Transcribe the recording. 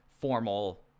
formal